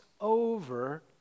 over